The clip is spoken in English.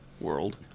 world